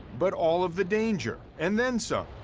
but all of the danger and then some.